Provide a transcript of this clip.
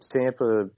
Tampa